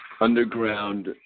underground